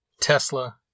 Tesla